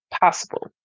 possible